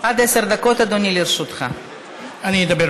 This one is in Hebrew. עד עשר דקות לרשותך, אדוני.